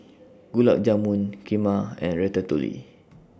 Gulab Jamun Kheema and Ratatouille